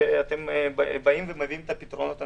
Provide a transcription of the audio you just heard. שאתם מביאים את הפתרונות הנכונים.